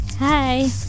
Hi